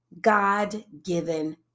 God-given